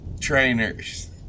trainers